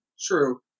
True